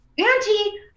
Auntie